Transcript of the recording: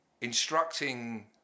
instructing